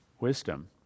wisdom